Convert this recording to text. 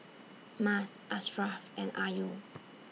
Mas Ashraff and Ayu